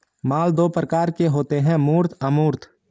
माल दो प्रकार के होते है मूर्त अमूर्त